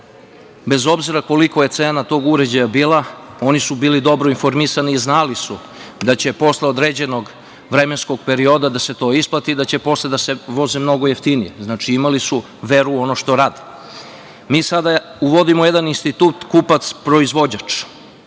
bez obzira kolika je cena tog uređaja bila, oni su bili dobro informisani, znali su da će se posle određenog vremenskog perioda to isplatiti i da će posle da se voze mnogo jeftinije. Znači, imali su veru u ono što rade. Mi sada uvodimo jedan institut kupac-proizvođač.